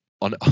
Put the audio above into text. On